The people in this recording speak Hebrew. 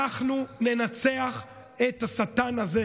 אנחנו ננצח את השטן הזה,